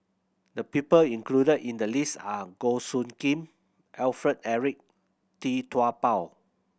the people included in the list are Goh Soo Khim Alfred Eric Tee Tua Ba